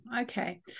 Okay